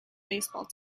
baseball